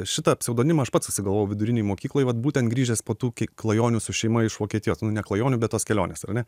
šitą pseudonimą aš pats susigalvojau vidurinėj mokykloj vat būtent grįžęs po tų ki klajonių su šeima iš vokietijos nu ne klajonių bet tos kelionės ar ne